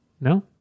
No